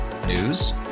News